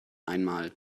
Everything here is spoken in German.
einmal